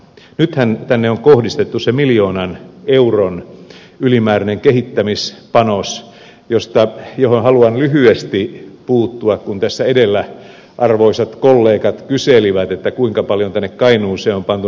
nythän tänne on kohdistettu se miljoonan euron ylimääräinen kehittämispanos johon haluan lyhyesti puuttua kun tässä edellä arvoisat kollegat kyselivät kuinka paljon tänne kainuuseen on pantu ylimääräistä rahaa